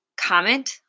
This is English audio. comment